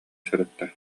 сырытта